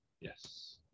yes